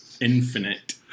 infinite